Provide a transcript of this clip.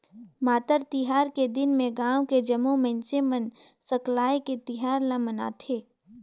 मातर तिहार के दिन में गाँव के जम्मो मइनसे मन सकलाये के तिहार ल मनाथे